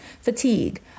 fatigue